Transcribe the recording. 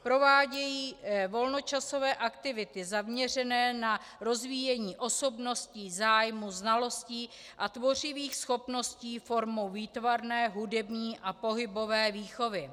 Provádějí volnočasové aktivity zaměřené na rozvíjení osobnosti, zájmů, znalostí a tvořivých schopností formou výtvarné, hudební a pohybové výchovy.